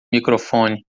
microfone